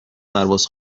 پرواز